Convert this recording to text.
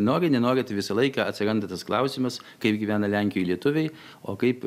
nori nenori bet visą laiką atsiranda tas klausimas kaip gyvena lenkijoj lietuviai o kaip